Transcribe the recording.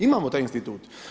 Imamo taj institut.